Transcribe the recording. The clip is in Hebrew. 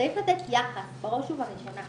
צריך לתת יחס, בראש ובראשונה.